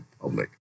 public